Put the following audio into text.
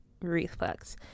reflex